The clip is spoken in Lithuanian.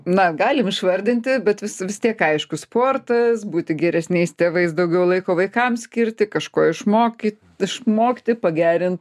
na galim išvardinti bet vis vis tiek aišku sportas būti geresniais tėvais daugiau laiko vaikam skirti kažko išmokyt išmokti pagerin